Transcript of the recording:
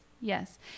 Yes